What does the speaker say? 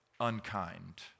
unkind